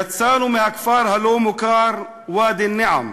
יצאנו מהכפר הלא-מוכר ואדי-אלנעם.